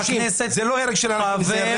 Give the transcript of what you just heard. זה לא הרג אלא רצח,